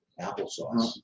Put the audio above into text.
Applesauce